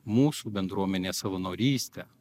mūsų bendruomene savanoryste